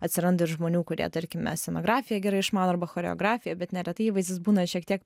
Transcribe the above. atsiranda žmonių kurie tarkime scenografiją gerai išmano arba choreografiją bet neretai įvaizdis būna šiek tiek